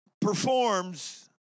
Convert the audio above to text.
performs